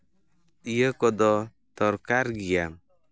ᱤᱭᱟᱹ ᱠᱚᱫᱚ ᱫᱚᱨᱠᱟᱨ ᱜᱮᱭᱟ